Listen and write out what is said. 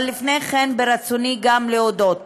אבל לפני כן, ברצוני גם להודות